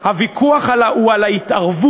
מה הבעיה